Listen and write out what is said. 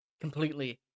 completely